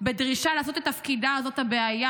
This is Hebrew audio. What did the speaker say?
בדרישה לעשות את תפקידה, זאת הבעיה.